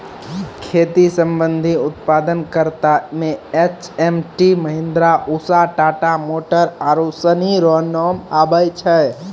खेती संबंधी उप्तादन करता मे एच.एम.टी, महीन्द्रा, उसा, टाटा मोटर आरु सनी रो नाम आबै छै